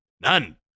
None